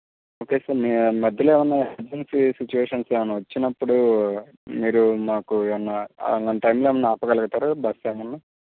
okay sir మేము మధ్యలో ఏమైనా ఎమర్జెన్సీ సిచువేషన్స్ ఏమైనా వచ్చినప్పుడు మీరు మాకు ఏమైనా అలాంటి టైంలో ఆపగలుగుతారా బస్ ఏమైనా